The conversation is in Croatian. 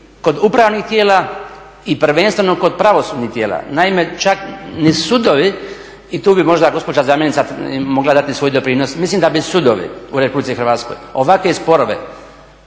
kod upravnih tijela i prvenstveno kod pravosudnih tijela. Naime, čak ni sudovi, i tu bi možda gospođa zamjenica mogla dati svoj doprinos, mislim da bi sudovi u RH ovakve sporove